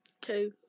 Two